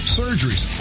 surgeries